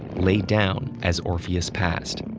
lay down as orpheus passed. and